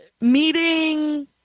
Meeting